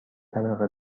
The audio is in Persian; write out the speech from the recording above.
طبقه